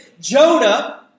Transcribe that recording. Jonah